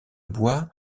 bois